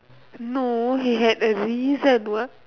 no he had a reason what